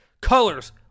colors